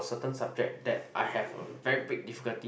certain subject that I have a very big difficulty